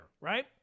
right